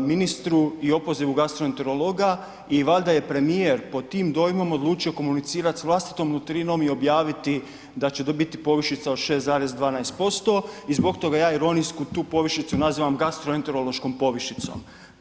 ministru i opozivu gastroenterologa i valjda je premijer pod tim dojmom odlučio komunicirati s vlastitom nutrinom i objaviti da će to biti povišica od 6,1% i zbog toga ja ironijsku tu povišicu nazivam gastroenterološkom povišicom.